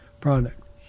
product